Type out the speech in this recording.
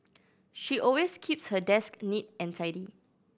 she always keeps her desk neat and tidy